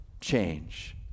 change